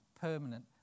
Permanent